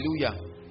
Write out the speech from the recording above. Hallelujah